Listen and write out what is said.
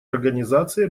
организации